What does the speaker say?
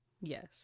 Yes